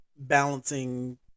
balancing